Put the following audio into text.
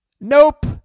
Nope